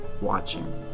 watching